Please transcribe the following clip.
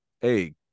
Hey